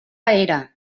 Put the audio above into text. era